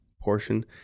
portion